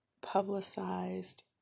publicized